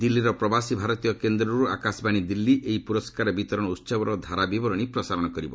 ଦିଲ୍ଲୀର ପ୍ରବାସୀ ଭାରତୀୟ କେନ୍ଦ୍ରରୁ ଆକାଶବାଣୀ ଦିଲ୍ଲୀ ଏହି ପୁରସ୍କାର ବିତରଣ ଉତ୍ସବର ଧାରାବିବରଣୀ ପ୍ରସାରଣ କରିବ